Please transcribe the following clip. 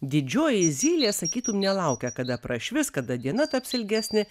didžioji zylė sakytum nelaukia kada prašvis kada diena taps ilgesnė